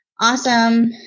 awesome